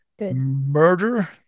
Murder